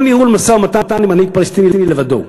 ניהול משא-ומתן עם מנהיג פלסטיני לבדו.